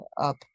up